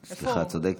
סליחה, את צודקת.